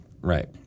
Right